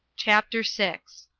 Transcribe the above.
chapter six.